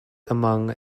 among